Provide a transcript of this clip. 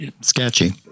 sketchy